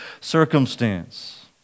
circumstance